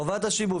חובת השיבוב,